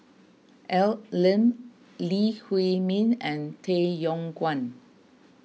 Al Lim Lee Huei Min and Tay Yong Kwang